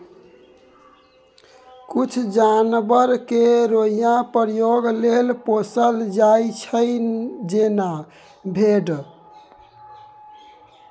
किछ जानबर केँ रोइयाँ प्रयोग लेल पोसल जाइ छै जेना भेड़